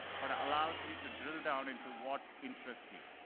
but allows you to drill down into what interests you.